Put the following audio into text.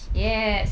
yes